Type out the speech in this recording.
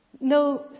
No